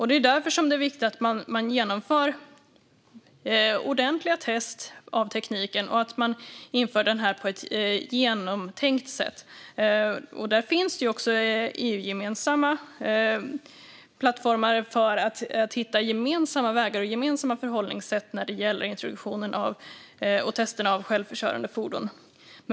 Det är därför viktigt att man genomför ordentliga test av tekniken och inför den på ett genomtänkt sätt. Där finns det även EU-gemensamma plattformar för att hitta gemensamma vägar och förhållningssätt när det gäller introduktionen och testerna av självkörande fordon.